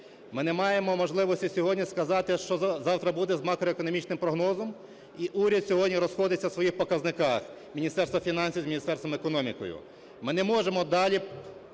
Ми не маємо можливості сьогодні сказати, що завтра буде з макроекономічним прогнозом і уряд сьогодні розходиться в своїх показниках: Міністерство фінансів з Міністерством економіки. Ми не можемо далі